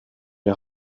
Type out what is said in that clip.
les